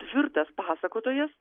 tvirtas pasakotojas